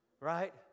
Right